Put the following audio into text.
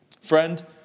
Friend